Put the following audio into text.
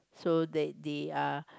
so that they are